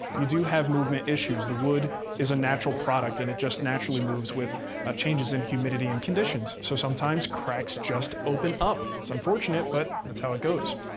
you do have movement issues. the wood is a natural product, and it just naturally moves with changes in humidity and conditions. so sometimes cracks just open up. it's unfortunate, but that's how it goes.